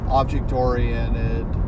object-oriented